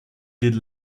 did